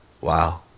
Wow